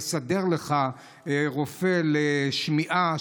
הוא יסדר לך רופא לשמיעה,